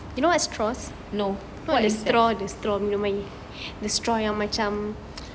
no what is straw